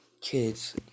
kids